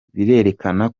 birerekana